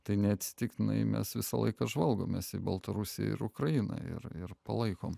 tai neatsitiktinai mes visą laiką žvalgomės į baltarusiją ir ukrainą ir ir palaikom